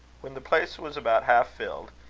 when the place was about half-filled,